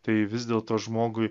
tai vis dėlto žmogui